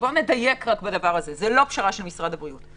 בואו נדייק זו לא פשרה של משרד הבריאות,